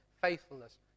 faithfulness